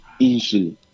insulin